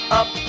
up